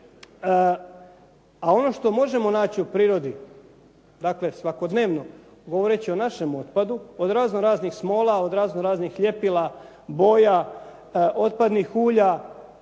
A ono što možemo naći u prirodi, dakle, svakodnevno, govoreći o našem otpadu od razno raznih smola, od razno raznih ljepila, boja, otpadnih ulja,